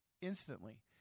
instantly